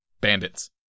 bandits